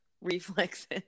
reflexes